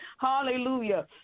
Hallelujah